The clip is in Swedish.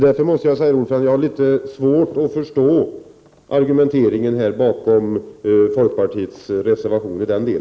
Därför har jag litet svårt att förstå argumenteringen bakom folkpartiets reservation i denna del.